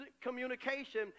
communication